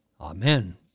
Amen